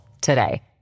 today